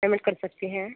payment कर सकती हैं